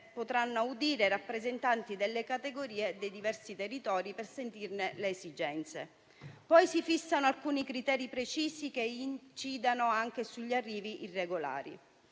potranno audire i rappresentanti delle categorie dei diversi territori per sentirne le esigenze. Si fissano poi alcuni criteri precisi che incidono anche sugli arrivi irregolari.